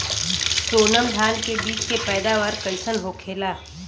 सोनम धान के बिज के पैदावार कइसन होखेला?